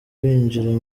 binjira